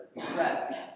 threats